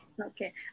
Okay